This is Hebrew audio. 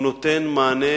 הוא נותן מענה.